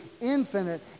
infinite